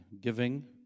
giving